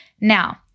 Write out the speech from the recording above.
Now